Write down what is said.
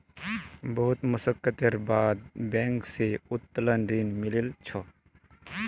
बहुत मशक्कतेर बाद बैंक स उत्तोलन ऋण मिलील छ